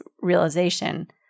realization